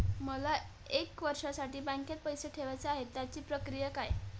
मला एक वर्षासाठी बँकेत पैसे ठेवायचे आहेत त्याची प्रक्रिया काय?